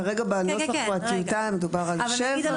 כרגע בנוסח הטיוטה מדובר על שבע.